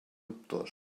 dubtós